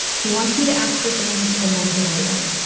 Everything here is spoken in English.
he wants me to ask for things and then deny them.